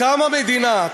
קמה מדינה,